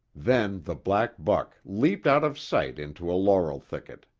then the black buck leaped out of sight into a laurel thicket.